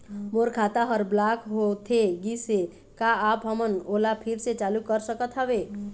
मोर खाता हर ब्लॉक होथे गिस हे, का आप हमन ओला फिर से चालू कर सकत हावे?